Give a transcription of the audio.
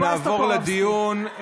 נעבור לדיון.